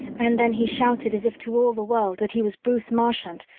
and then he shouted as if to all the world that he was bruce marchant,